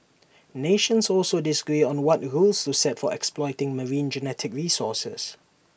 nations also disagree on what rules to set for exploiting marine genetic resources